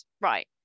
right